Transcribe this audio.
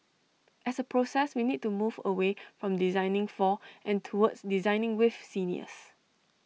as A process we need to move away from designing for and towards designing with seniors